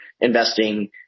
investing